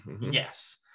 Yes